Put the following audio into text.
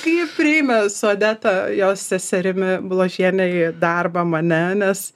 kai priėmė su odeta jos seserimi blažiene į darbą mane nes